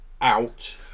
out